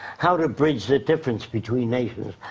how to bridge the difference between nations?